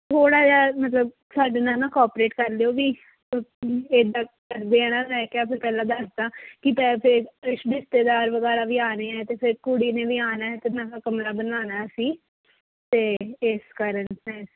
ਥੋੜ੍ਹਾ ਜਿਹਾ ਮਤਲਬ ਸਾਡੇ ਨਾਲ ਨਾ ਕੋਆਪਰੇਟ ਕਰ ਲਿਓ ਵੀ ਇੱਦਾਂ ਕਰਦੇ ਹਾਂ ਨਾ ਮੈਂ ਕਿਹਾ ਵੀ ਪਹਿਲਾਂ ਦੱਸ ਦਾਂ ਕਿ ਪੈ ਫੇ ਰਿਸ਼ਤੇਦਾਰ ਵਗੈਰਾ ਵੀ ਆਉਣੇ ਆ ਅਤੇ ਫਿਰ ਕੁੜੀ ਨੇ ਵੀ ਆਉਣਾ ਅਤੇ ਨਵਾਂ ਕਮਰਾ ਬਣਾਉਣਾ ਅਸੀਂ ਅਤੇ ਇਸ ਕਾਰਨ